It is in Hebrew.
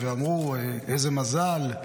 ואמרו: איזה מזל,